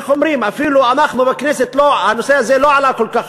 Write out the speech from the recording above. אפילו אנחנו, בכנסת, הנושא הזה לא עלה הרבה.